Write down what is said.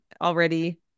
already